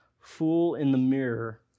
fool-in-the-mirror